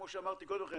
כמו שאמרתי קודם לכן,